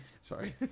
Sorry